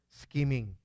scheming